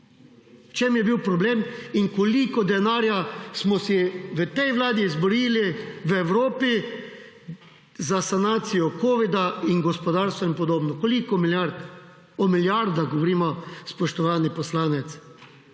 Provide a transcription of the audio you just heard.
čem je bil problem in koliko denarja smo si v tej vladi izborili v Evropi za sanacijo Covida in gospodarstva in podobno, koliko milijard. O milijardah govorimo, spoštovani poslanec.